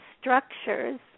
structures